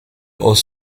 aux